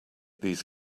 these